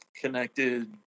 connected